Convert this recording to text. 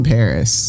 Paris